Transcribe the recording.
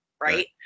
Right